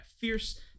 fierce